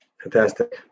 Fantastic